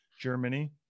Germany